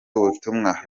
ubutumwa